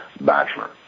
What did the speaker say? bachelor